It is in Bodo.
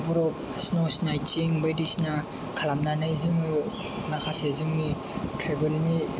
बरफ स्न' स्नाइथिं बायदिसिना खालामनानै जोङो माखासे जोंनि ट्रेभेलनि